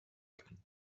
können